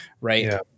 Right